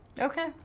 Okay